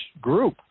group